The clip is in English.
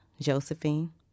Josephine